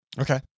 Okay